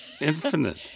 infinite